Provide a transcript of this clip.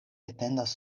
etendas